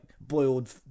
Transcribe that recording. boiled